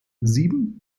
sieben